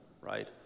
right